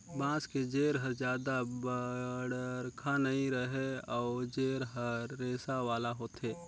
बांस के जेर हर जादा बड़रखा नइ रहें अउ जेर हर रेसा वाला होथे